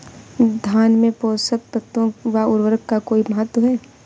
धान में पोषक तत्वों व उर्वरक का कोई महत्व है?